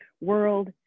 world